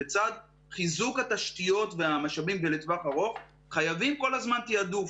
בצד חיזוק התשתיות והמשאבים ולטווח ארוך חייבים כל הזמן תעדוף.